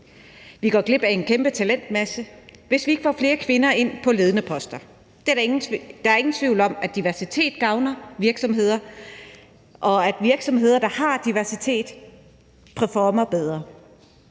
Vi går glip af en kæmpe talentmasse, hvis vi ikke får flere kvinder ind på ledende poster. Der er ingen tvivl om, at diversitet gavner virksomheder, og at virksomheder, der har diversitet, performer bedre.